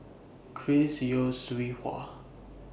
Chris Yeo Siew Hua